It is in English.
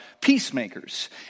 peacemakers